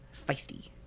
feisty